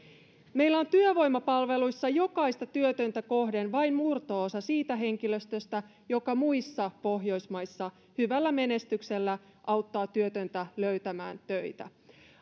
meillä on työvoimapalveluissa jokaista työtöntä kohden vain murto osa siitä henkilöstöstä joka muissa pohjoismaissa hyvällä menestyksellä auttaa työtöntä löytämään töitä